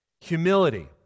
Humility